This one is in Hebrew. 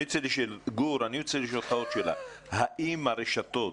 גור, האם הרשתות,